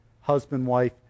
husband-wife